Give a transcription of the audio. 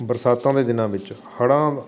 ਬਰਸਾਤਾਂ ਦੇ ਦਿਨਾਂ ਵਿੱਚ ਹੜ੍ਹਾਂ